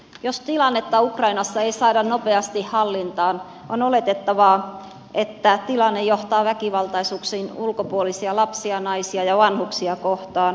jos tilannetta ukrainassa ei saada nopeasti hallintaan on oletettavaa että se johtaa väkivaltaisuuksiin ulkopuolisia lapsia naisia ja vanhuksia kohtaan